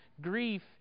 grief